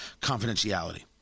confidentiality